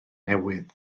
newydd